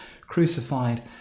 crucified